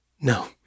No